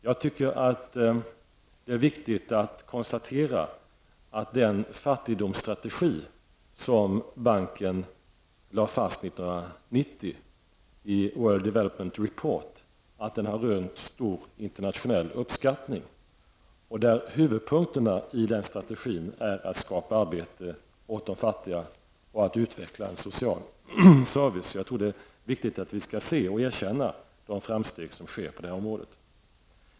Jag tycker att det är viktigt att konstatera att den fattigdomsstrategi som banken lade fast 1990 i World Development Report har rönt stor internationell uppskattning. Huvudpunkterna i den strategin är att skapa arbete åt de fattiga och att utveckla social service. Jag tror att det är viktigt att vi ser och erkänner de framsteg som sker på detta område.